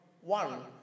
one